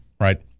right